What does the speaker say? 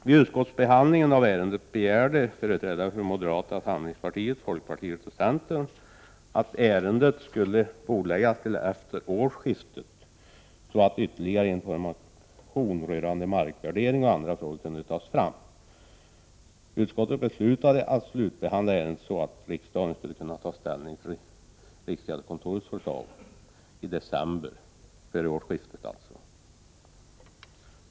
Vid utskottsbehandlingen av ärendet begärde företrädare för moderata samlingspartiet, folkpartiet och centern att ärendet skulle bordläggas till efter årsskiftet, så att ytterligare information rörande markvärderingen och andra frågor kunde tas fram. Utskottet beslutade att slutbehandla ärendet så att riksdagen skulle kunna ta ställning till riksgäldskontorets förslag i december, alltså före årsskiftet.